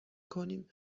کنیم